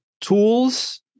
tools